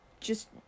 just-